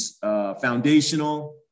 foundational